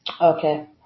Okay